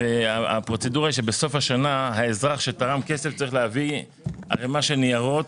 והפרוצדורה שבסוף השנה האזרח שתרם כסף צריך להביא ערימה של ניירות,